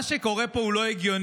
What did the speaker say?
מה שקורה פה הוא לא הגיוני.